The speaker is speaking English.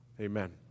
Amen